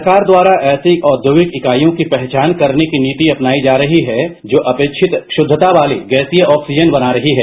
सरकार द्वारा ऐसी औद्योगिक इकाइयों की पहचान करने की नीति अपनायी जा रही है जो अपेक्षित शुद्वता वाली गैसीय ऑक्सीजन बना रही हैं